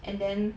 and then